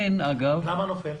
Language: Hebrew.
למה נופל?